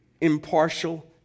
impartial